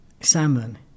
salmon